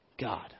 God